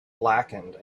blackened